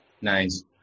nice